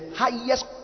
highest